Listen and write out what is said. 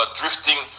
drifting